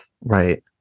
Right